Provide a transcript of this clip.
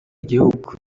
igihugu